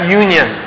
union